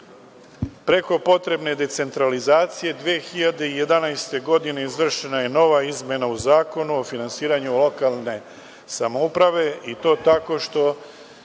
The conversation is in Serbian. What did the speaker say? preko potrebne decentralizacije, 2011. godine, izvršena je nova izmena u Zakonu o finansiranju lokalne samouprave i to tako što